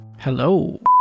Hello